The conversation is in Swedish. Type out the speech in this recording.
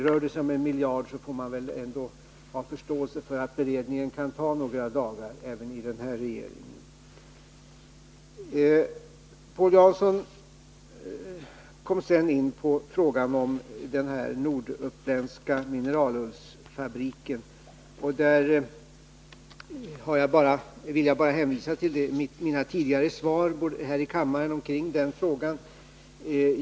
Rör det sig om en miljard, får man väl ändå ha förståelse för att beredningen kan ta några dagar även i den här Paul Jansson kom sedan in på frågan om den uppländska mineralullsfabriken. Jag vill bara hänvisa till mina tidigare svar här i kammaren när det har gällt den frågan.